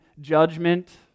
judgment